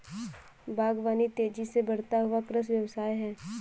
बागवानी तेज़ी से बढ़ता हुआ कृषि व्यवसाय है